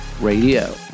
Radio